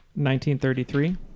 1933